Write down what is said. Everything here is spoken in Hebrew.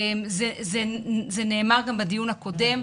זה נאמר גם בדיון הקודם,